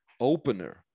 opener